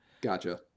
Gotcha